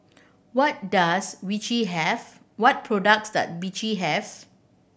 what does Vichy have what products does Vichy have